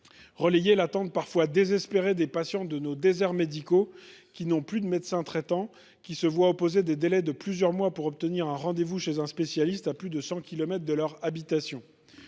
travées, l’attente parfois désespérée des patients de nos déserts médicaux, qui n’ont plus de médecin traitant et qui se voient opposer des délais de plusieurs mois pour obtenir un rendez vous chez un spécialiste à plus de cent kilomètres de leur habitation.